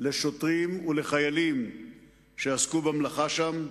לשוטרים ולחיילים שעסקו במלאכה שם,